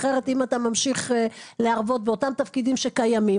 אחרת אם אתה ממשיך להרבות באותם תפקידים שקיימים,